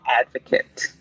advocate